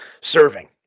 serving